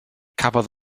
cafodd